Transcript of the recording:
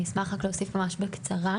אני אשמח רק להוסיף ממש בקצרה.